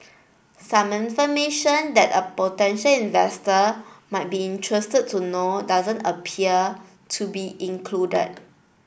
some information that a potential investor might be interested to know doesn't appear to be included